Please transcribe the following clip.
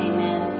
Amen